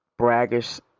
braggish